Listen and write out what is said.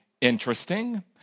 interesting